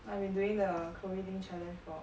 I have been doing the chloe ting challenge for